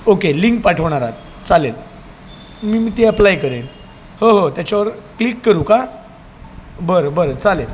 okay link पाठवणार आहात चालेल मी मी ते अप्लाय करेन हो हो त्याच्यावर क्लिक करू का बरं बरं चालेल